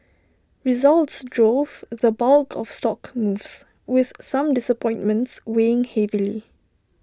results drove the bulk of stock moves with some disappointments weighing heavily